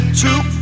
Two